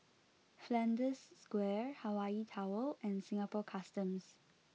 Flanders Square Hawaii Tower and Singapore Customs